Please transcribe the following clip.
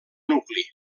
nucli